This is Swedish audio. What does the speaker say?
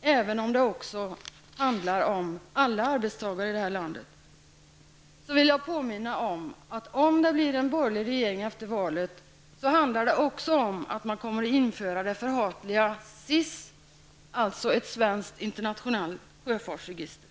även om den i sig handlar om alla arbetstagare här i landet, vill jag i detta sammanhang påminna om att man kommer att införa det förhatliga SIS, alltså ett svenskt internationellt sjöfartsregister.